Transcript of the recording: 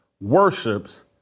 worships